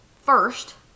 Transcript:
first